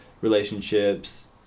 relationships